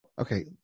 Okay